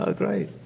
ah great.